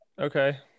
Okay